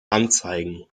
anzeigen